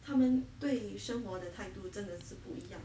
他们对于生活的态度真的是不一样